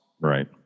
Right